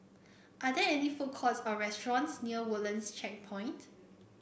are there any food courts or restaurants near Woodlands Checkpoint